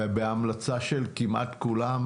ובהמלצה של כמעט כולם,